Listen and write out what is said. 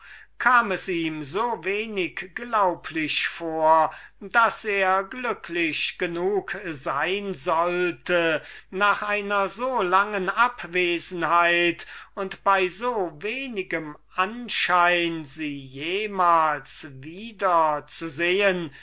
kam es ihm so wenig glaublich vor daß er glücklich genug sein sollte nach einer so langen abwesenheit und bei so wenigem anschein sie jemals wieder zu sehen